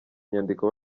inyandiko